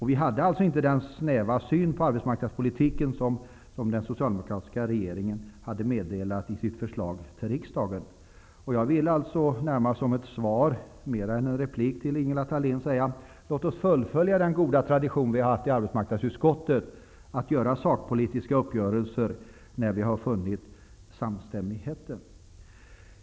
Vi hade alltså inte den snäva syn på arbetsmarknadspolitiken som den socialdemokratiska regeringen hade meddelat i sitt förslag till riksdagen. Jag vill alltså mer som ett svar än en replik till Ingela Thalén säga: Låt oss fullfölja den goda tradition som vi har haft i arbetsmarknadsutskottet, att göra sakpolitiska uppgörelser när vi har funnit samstämmigheten.